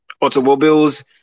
automobiles